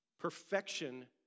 Perfection